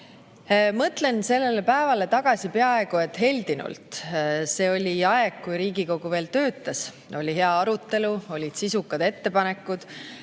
Mõtlen sellele päevale tagasi peaaegu et heldinult. See oli aeg, kui Riigikogu veel töötas, oli hea arutelu, olid sisukad ettepanekud,